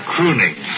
Crooning